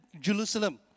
Jerusalem